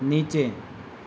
નીચે